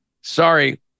sorry